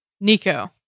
Nico